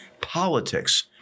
politics